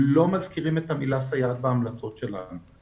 לא מזכירים את המילה "סייעת" בהמלצות שלנו.